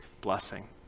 blessing